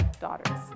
daughters